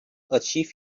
achieve